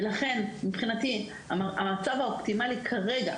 לכן מבחינתי המצב האופטימלי כרגע,